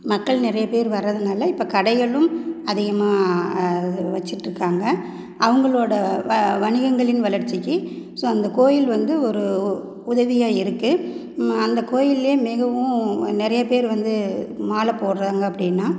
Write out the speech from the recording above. மக்கள் நிறைய பேர் வரதுனால இப்போ கடைகளும் அதிகமாக வச்சிட்டுருக்காங்க அவங்களோட வ வணிகங்களின் வளர்ச்சிக்கு ஸோ அந்த கோயில் வந்து ஒரு உ உதவியாக இருக்கு அந்த கோயில்ல மிகவும் நிறைய பேர் வந்து மாலை போடுறாங்க அப்படின்னா